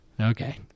Okay